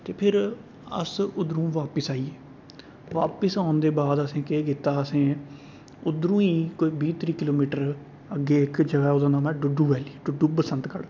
ते फिर अस्स उद्धरूं वापिस आई गे वापिस औन दे बाद असें केह् कीता असें उद्धरूं ही कोई बीह् त्रीह् किलोमीटर अग्गै इक जगह ओह्दा नाम ऐ डुड्डु वैली डुड्डु बसंतगढ़